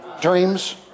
dreams